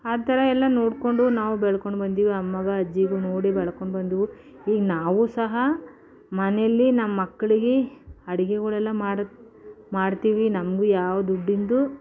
ಆ ಥರ ಎಲ್ಲ ನೋಡಿಕೊಂಡು ನಾವು ಬೆಳ್ಕೊಂಡು ಬಂದೀವಿ ಅಮ್ಮಗ ಅಜ್ಜಿದು ನೋಡಿ ಬೆಳ್ಕೊಂಡು ಬಂದೀವಿ ಈಗ ನಾವು ಸಹ ಮನೇಲಿ ನಮ್ಮ ಮಕ್ಕಳಿಗೆ ಅಡುಗೆಗಳೆಲ್ಲ ಮಾಡೋದು ಮಾಡ್ತೀವಿ ನಮಗೂ ಯಾವ ದುಡ್ಡಿಂದು